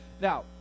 Now